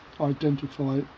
identify